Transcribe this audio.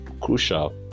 crucial